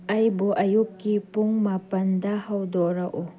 ꯑꯩꯕꯨ ꯑꯌꯨꯛꯀꯤ ꯄꯨꯡ ꯃꯥꯄꯜꯗ ꯍꯧꯗꯣꯔꯛꯎ